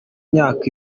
imyaka